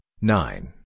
nine